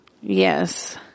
Yes